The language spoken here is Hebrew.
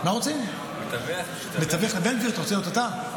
מתווך לבן גביר, רוצה להיות אתה?